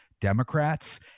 Democrats